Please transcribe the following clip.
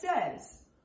says